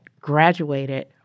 graduated